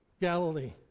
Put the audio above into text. Galilee